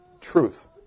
Truth